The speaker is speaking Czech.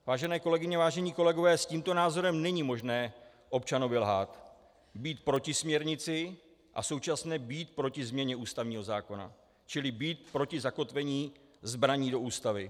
Vážené kolegyně, vážení kolegové, s tímto názorem není možné občanovi lhát, být proti směrnici a současně být proti změně ústavního zákona, čili být proti zakotvení zbraní do Ústavy.